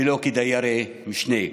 ולא כדיירי משנה.